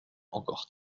encore